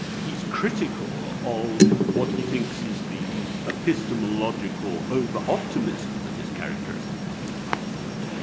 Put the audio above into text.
he's critical of what he thinks is the epistemological over-optimism that is characteristic of the enlightenment.